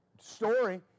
story